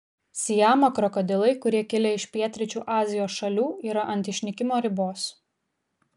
siamo krokodilai kurie kilę iš pietryčių azijos šalių yra ant išnykimo ribos